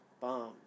Bomb